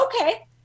okay